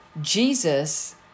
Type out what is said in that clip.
Jesus